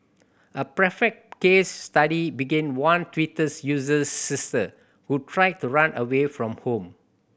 a perfect case study being one Twitters user's sister who tried to run away from home